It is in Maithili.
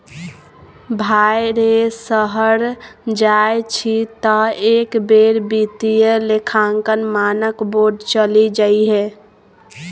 भाय रे शहर जाय छी तँ एक बेर वित्तीय लेखांकन मानक बोर्ड चलि जइहै